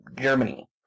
Germany